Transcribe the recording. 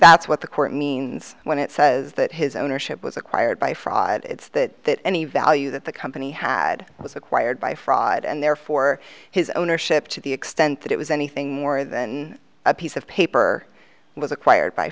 that's what the court means when it says that his ownership was acquired by fraud it's that any value that the company had was acquired by fraud and therefore his ownership to the extent that it was anything more than a piece of paper was acquired by